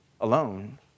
alone